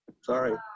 Sorry